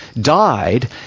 died